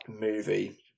movie